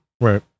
Right